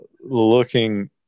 Looking